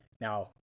now